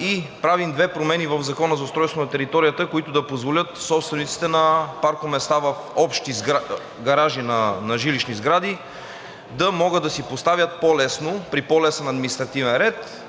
и правим две промени в Закона за устройство на територията, които да позволят собствениците на паркоместа в общи гаражи на жилищни сгради да могат да си поставят при по-лесен административен ред